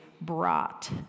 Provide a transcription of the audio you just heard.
brought